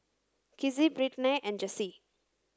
Kizzie Brittnay and Jessye